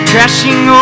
Crashing